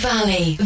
Valley